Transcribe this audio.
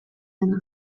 dena